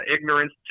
ignorance